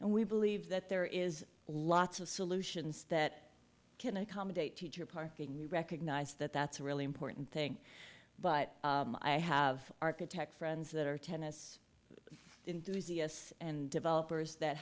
and we believe that there is lots of solutions that can accommodate teacher parking we recognise that that's a really important thing but i have architect friends that are tennis in doozie s and developers that